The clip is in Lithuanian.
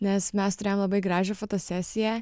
nes mes turėjom labai gražią fotosesiją